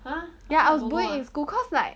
ya I was bullied in school cause like